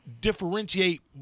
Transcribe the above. differentiate